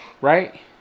right